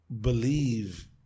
believe